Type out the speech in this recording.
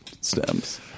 stems